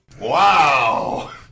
Wow